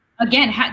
Again